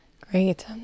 Great